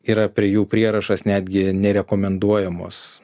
yra prie jų prierašas netgi nerekomenduojamos